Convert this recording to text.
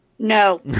No